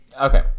Okay